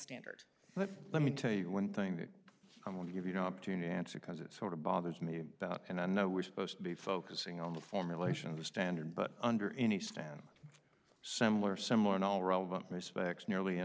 standard but let me tell you one thing that i'm going to give you know up to no answer because it sort of bothers me about and i know we're supposed to be focusing on the formulation of the standard but under any stand similar similar in all relevant respects nearly